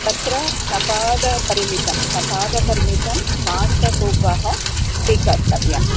अत्र सपादपरिमितं सपादपरिमितं माषपूपः स्वीकर्तव्यः